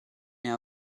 mir